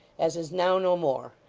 as is now no more.